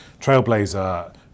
Trailblazer